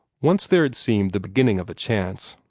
once there had seemed the beginning of a chance.